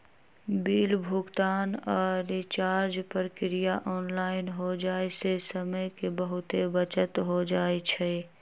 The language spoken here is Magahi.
बिल भुगतान आऽ रिचार्ज प्रक्रिया ऑनलाइन हो जाय से समय के बहुते बचत हो जाइ छइ